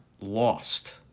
lost